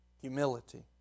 Humility